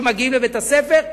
שמגיעים לבית-הספר,